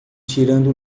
tirando